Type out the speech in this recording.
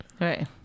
Right